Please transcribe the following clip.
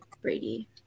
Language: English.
Brady